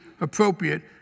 appropriate